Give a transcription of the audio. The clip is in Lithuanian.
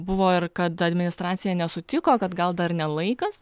buvo ir kad administracija nesutiko kad gal dar ne laikas